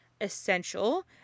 essential